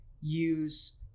use